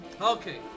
Okay